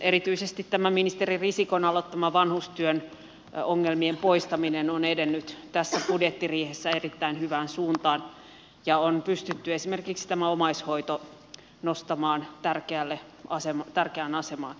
erityisesti tämä ministeri risikon aloittama vanhustyön ongelmien poistaminen on edennyt tässä budjettiriihessä erittäin hyvään suuntaan ja on pystytty esimerkiksi tämä omaishoito nostamaan tärkeään asemaan